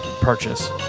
purchase